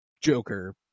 Joker